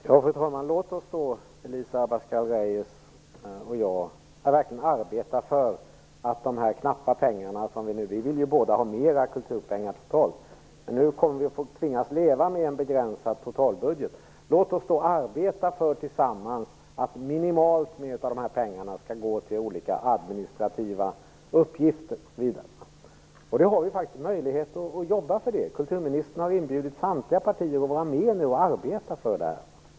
Fru talman! Låt oss då tillsammans, Elisa Abascal Reyes och jag, verkligen arbeta för att de knappa medel som det nu gäller - vi vill ju båda ha mera kulturpengar men kommer att tvingas leva med en begränsad totalbudget - arbeta för att en minimal andel av de här pengarna skall gå till olika administrativa uppgifter. Vi har faktiskt möjlighet att jobba för det. Kulturministern har ju inbjudit samtliga partier att delta i arbetet för detta.